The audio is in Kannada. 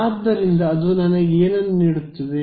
ಆದ್ದರಿಂದ ಅದು ನನಗೆ ಏನು ನೀಡುತ್ತದೆ